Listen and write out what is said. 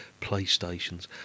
Playstations